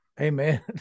Amen